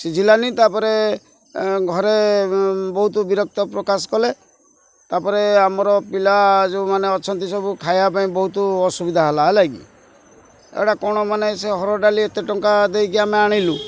ସିଝିଲାନି ତାପରେ ଘରେ ବହୁତ ବିରକ୍ତ ପ୍ରକାଶ କଲେ ତାପରେ ଆମର ପିଲା ଯେଉଁମାନେ ଅଛନ୍ତି ସବୁ ଖାଇବା ପାଇଁ ବହୁତ ଅସୁବିଧା ହେଲା ହେଲା କି ଏଇଟା କ'ଣ ମାନେ ସେ ହରଡ଼ ଡାଲି ଏତେ ଟଙ୍କା ଦେଇକି ଆମେ ଆଣିଲୁ